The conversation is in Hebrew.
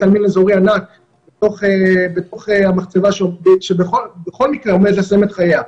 עלמין אזורי ענק בתוך המחצבה שבכל מקרה עומדת לסיים את חייה.